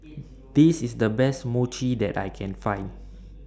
This IS The Best Mochi that I Can Find